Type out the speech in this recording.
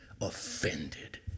offended